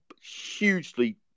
hugely